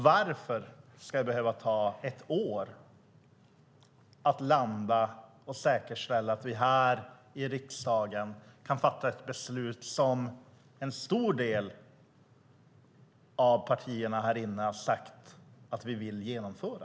Varför ska det behöva ta ett år att landa och säkerställa att vi här i riksdagen kan fatta ett beslut som en stor del av partierna här inne har sagt att de vill genomföra?